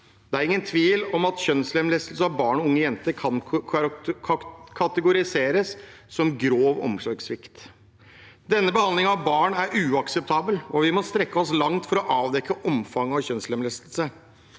Det er ingen tvil om at kjønnslemlestelse av barn og unge jenter kan kategoriseres som grov omsorgssvikt. Denne behandlingen av barn er uakseptabel, og vi må strekke oss langt for å avdekke omfanget av kjønnslemlestelse.